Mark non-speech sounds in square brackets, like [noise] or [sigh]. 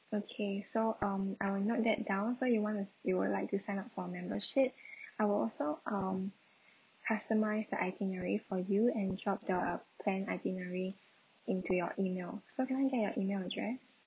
okay so um I'll note that down so you want to you would like to sign up for membership [breath] I will also um customise the itinerary for you and drop the plan itinerary into your email so can I get your email address